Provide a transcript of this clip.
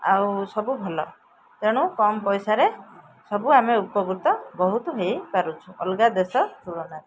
ଆଉ ସବୁ ଭଲ ତେଣୁ କମ ପଇସାରେ ସବୁ ଆମେ ଉପକୃତ ବହୁତ ହେଇପାରୁଛୁ ଅଲଗା ଦେଶ ତୁଳନାରେ